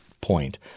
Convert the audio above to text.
point